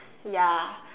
ya